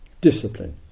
discipline